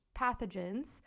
pathogens